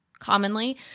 Commonly